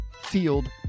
field